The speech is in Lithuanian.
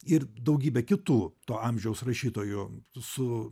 ir daugybę kitų to amžiaus rašytojų su